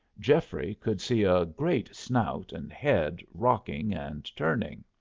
geoffrey could see a great snout and head rocking and turning.